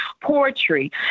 poetry